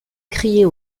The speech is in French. crier